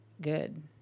good